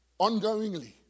ongoingly